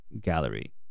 Gallery